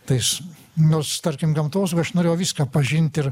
tais nors tarkim gamtosaugoj aš norėjau viską pažinti ir